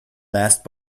last